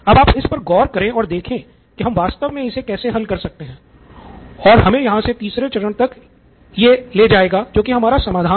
अब आप इस पर गौर करे और देखें कि हम वास्तव में इसे कैसे हल कर सकते हैं जो हमें यहाँ से तीसरे चरण तक ले जाएगा जो कि होगा हमारा समाधान